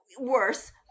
worse